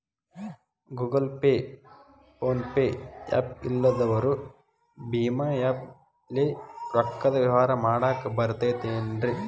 Google Pay, PhonePe app ಇಲ್ಲದವರು ಭೇಮಾ app ಲೇ ರೊಕ್ಕದ ವ್ಯವಹಾರ ಮಾಡಾಕ್ ಬರತೈತೇನ್ರೇ?